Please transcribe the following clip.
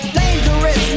dangerous